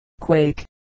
quake